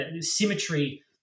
symmetry